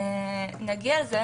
שנגיע לזה